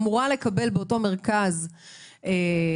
אני אמורה לקבל באותו מרכז מקלחת,